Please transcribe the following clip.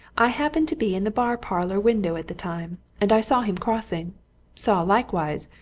i happened to be in the bar-parlour window at the time, and i saw him crossing saw, likewise,